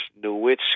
Nowitzki